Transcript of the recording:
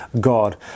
God